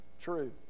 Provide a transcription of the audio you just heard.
True